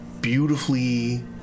beautifully